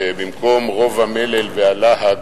ובמקום רוב המלל והלהט